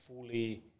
fully